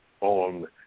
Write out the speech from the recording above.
on